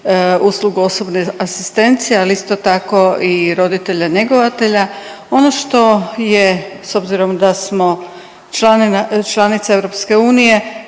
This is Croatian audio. uslugu osobne asistencije, ali isto tako i roditelja njegovatelja. Ono što je s obzirom da smo članica EU sad se